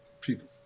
people